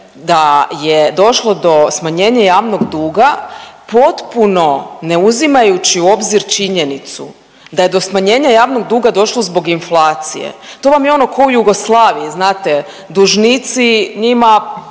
da je došlo do smanjenje javnog duga potpuno ne uzimajući u obzir činjenicu da je do smanjenja javnog duga došlo zbog inflacije. To vam je ono, k'o u Jugoslaviji, znate, dužnici, njima